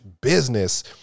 business